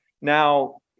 Now